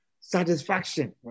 satisfaction